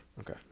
Okay